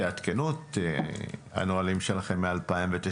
תעדכנו את הנהלים שלכם מ-2009,